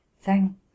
Thank